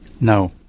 no